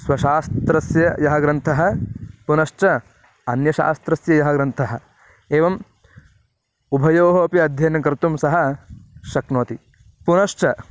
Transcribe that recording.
स्वशास्त्रस्य यः ग्रन्थः पुनश्च अन्यशास्त्रस्य यः ग्रन्थः एवम् उभयोः अपि अध्ययनङ्कर्तुं सः शक्नोति पुनश्च